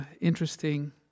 interesting